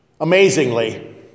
Amazingly